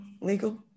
legal